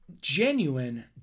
genuine